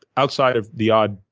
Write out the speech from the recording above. outside of the odd,